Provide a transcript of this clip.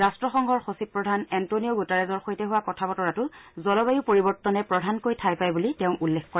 ৰাষ্ট্ৰসংঘৰ সচিব প্ৰধান এন্তনিঅ গুটাৰেজৰ সৈতে হোৱা কথা বতৰাতো জলবায়ু পৰিৱৰ্তনে প্ৰধানকৈ ঠাই পাই বুলি তেওঁ উল্লেখ কৰে